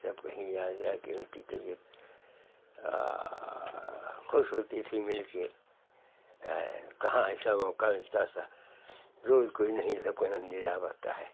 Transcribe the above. तब कहीं जा जाकर उनकी तबियत ख़ुश होती थी मिलकर कहाँ ऐसा मौका मिलता था रोज कोई नहीं सबके पड़ता है